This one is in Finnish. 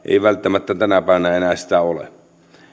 välttämättä tänä päivänä enää sitä ole